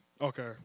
Okay